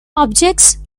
objects